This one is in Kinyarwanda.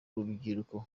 urubyiruko